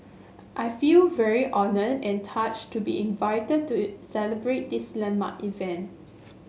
I feel very honoured and touched to be invited to celebrate this landmark event